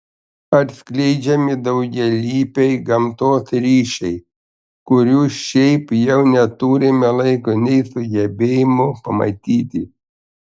atskleidžiami daugialypiai gamtos ryšiai kurių šiaip jau neturime laiko nei sugebėjimo pamatyti